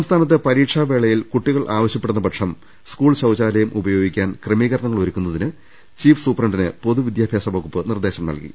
സംസ്ഥാനത്ത് പരീക്ഷാവേളയിൽ കൂട്ടികൾ ആവശ്യപ്പെടുന്ന പക്ഷം സ്കൂൾ ശൌചാലയം ഉപയോഗിക്കാൻ ക്രമീകരണങ്ങളൊരു ക്കാൻ ചീഫ് സുപ്രണ്ടിന് പൊതുവിദ്യാഭ്യാസ വകുപ്പ് നിർദേശം നൽകി